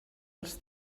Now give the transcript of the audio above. els